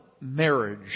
marriage